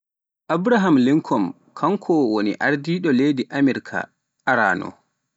Abraham Linkon kanko woni ardiɗo leydi Amirka arano